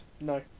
no